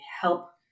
help